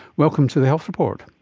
welcome to the health report.